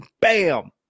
bam